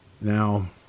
Now